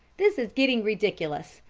this is getting ridiculous.